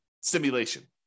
simulation